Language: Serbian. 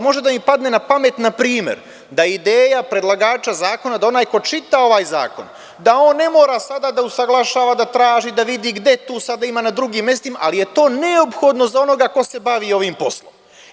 Može da mi padne na pamet, na primer, da je ideja predlagača zakona da onaj ko čita ovaj zakon ne mora sada da usaglašava, da traži, da vidi gde tu sad ima na drugim mestima, ali je to neophodno za onoga ko se bavi ovim poslom.